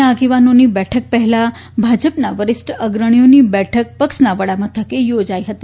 ના આગેવાનોની બેઠક પહેલા ભાજપના વરિષ્ઠ અગ્રણીઓની બેઠક પક્ષના વડા મથકે યોજાઇ હતી